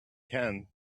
can